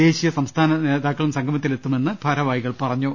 ദേശീയ സംസ്ഥാന നേതാക്കളും സംഗമത്തിൽ എത്തുമെന്ന് ഭാരവാഹികൾ പറഞ്ഞു